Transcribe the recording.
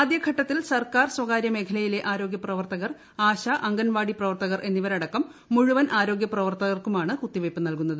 ആദ്യഘട്ടത്തിൽ സർക്കാർ സ്ഥകാര്യ മേഖലയിലെ ആരോഗൃ പ്രവർത്തകർ ആശ അംഗൻവാടി പ്രവർത്തകർ എന്നിവരടക്കം മുഴുവൻ ആരോഗ്യ പ്രവർത്തകർക്കാണ് കുത്തിവയ്പ്പ് നൽകുന്നത്